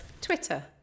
Twitter